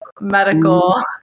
medical